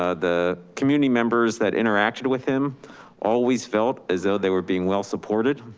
ah the community members that interacted with him always felt as though they were being well-supported.